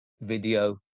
video